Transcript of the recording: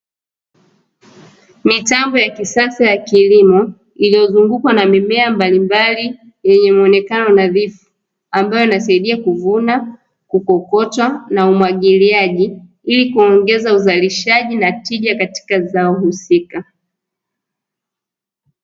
Mitambo ya kisasa ya kilimo, iliyozungukwa na mimea mbalimbali yenye muonekano nadhifu, ambayo inasaidia kuvuna, kupukucha na umwagiliaji, ili kuongeza uzalishaji na tija katika zao husika.